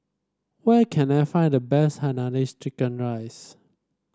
where can I find the best Hainanese Chicken Rice